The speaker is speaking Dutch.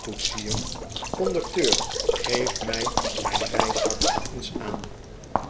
koetsier conducteur geef mij mijn reiszak eens aan